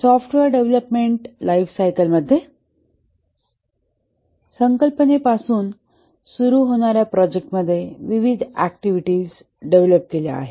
software development life cycle मध्ये संकल्पने पासून सुरू होणाऱ्या प्रोजेक्ट मध्ये विविध ऍक्टिव्हिटीज डेव्हलप्ड केल्या आहेत